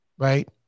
right